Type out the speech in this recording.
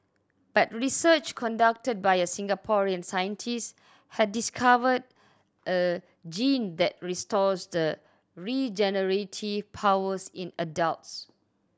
but research conducted by a Singaporean scientist has discovered a gene that restores the regenerative powers in adults